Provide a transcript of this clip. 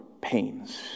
pains